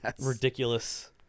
ridiculous